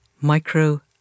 Micro